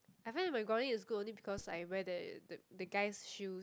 I feel that my grounding is good only because I wear the the the guys shoes